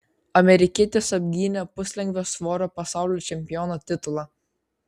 amerikietis apgynė puslengvio svorio pasaulio čempiono titulą